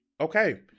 Okay